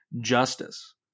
justice